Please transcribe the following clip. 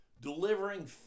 delivering